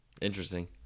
Interesting